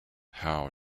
how